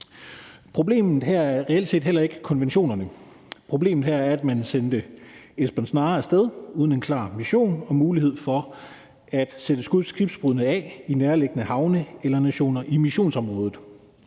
Problemet her er reelt set heller ikke konventionerne; problemet her er, at man sendte Esbern Snare af sted uden en klar mission og mulighed for at sætte skibbrudne af i nærliggende havne eller nationer i missionsområdet.